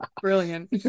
Brilliant